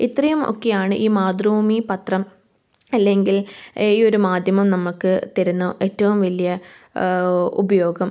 ഇത്രയും ഒക്കെയാണ് ഈ മാതൃഭൂമി പത്രം അല്ലെങ്കിൽ ഈ ഒരു മാധ്യമം നമുക്ക് തരുന്ന ഏറ്റവും വലിയ ഉപയോഗം